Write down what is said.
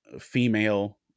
female